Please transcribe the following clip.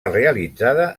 realitzada